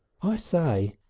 i say,